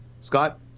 Scott